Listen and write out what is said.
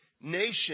nation